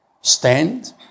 Stand